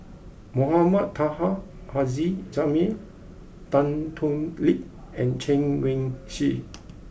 Mohamed Taha Haji Jamil Tan Thoon Lip and Chen Wen Hsi